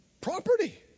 property